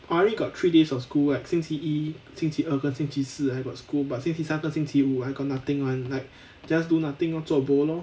I only got three days of school right 星期一星期二跟星期四 I got school but 星期三跟星期五 I got nothing [one] like just do nothing lor zuo bo lor